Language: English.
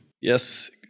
Yes